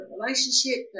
relationship